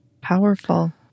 Powerful